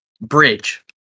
Bridge